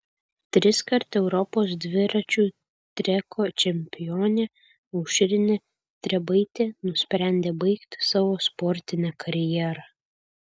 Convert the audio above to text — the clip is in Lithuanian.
triskart europos dviračių treko čempionė aušrinė trebaitė nusprendė baigti savo sportinę karjerą